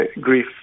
grief